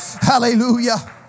Hallelujah